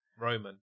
Roman